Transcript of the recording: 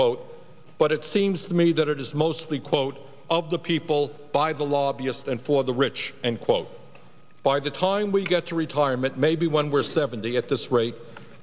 quote but it seems to me that it is mostly quote of the people by the law b s and for the rich and quote by the time we get to retirement maybe when we're seventy at this rate